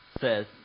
says